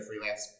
freelance